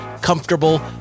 comfortable